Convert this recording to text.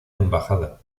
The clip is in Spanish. embajada